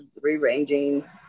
rearranging